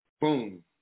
boom